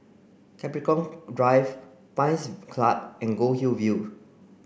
Capricorn Drive Pines Club and Goldhill View